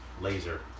laser